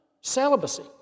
celibacy